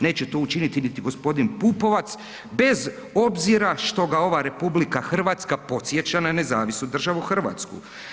Neće to učiniti ni gospodin Pupovac bez obzira što ga ova RH podsjeća na Nezavisnu državu Hrvatsku.